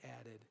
added